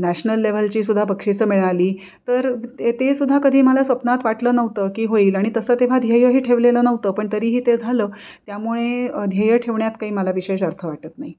national लेवलची सुद्धा बक्षीसं मिळाली तर ते ते सुद्धा कधी मला स्वप्नात वाटलं नव्हतं की होईल आणि तसं तेव्हा ध्येयही ठेवलेलं नव्हतं पण तरीही ते झालं त्यामुळे ध्येय ठेवण्यात काही मला विषय अर्थ वाटत नाही